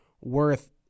worth